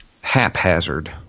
haphazard